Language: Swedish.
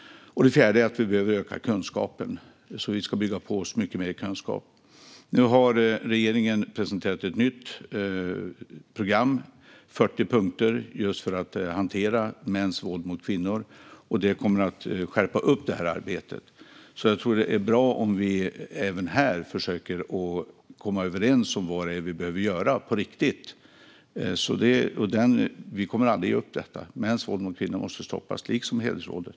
Det fjärde är att vi behöver öka kunskapen. Vi ska bygga på oss mycket mer kunskap. Nu har regeringen presenterat ett nytt program med 40 punkter för att hantera just mäns våld mot kvinnor. Det kommer att skärpa upp det här arbetet. Jag tror att det är bra om vi även här försöker komma överens om vad det är vi behöver göra, på riktigt. Men vi kommer aldrig att ge upp detta. Mäns våld mot kvinnor måste stoppas, liksom hedersvåldet.